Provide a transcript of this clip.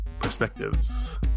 perspectives